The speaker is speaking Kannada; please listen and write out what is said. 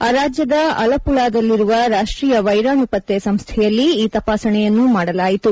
ಆ ರಾಜ್ಯದ ಅಲಪುಳಾದಲ್ಲಿರುವ ರಾಷ್ಟೀಯ ವೈರಾಣು ಪತ್ತೆ ಸಂಸ್ವೆಯಲ್ಲಿ ಈ ತಪಾಸಣೆಯನ್ನು ಮಾಡಲಾಯಿತು